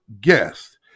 guest